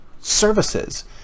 services